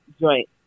joint